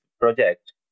project